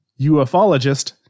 ufologist